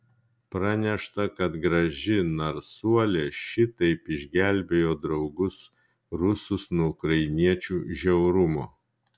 pranešta kad graži narsuolė šitaip išgelbėjo draugus rusus nuo ukrainiečių žiaurumo